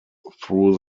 through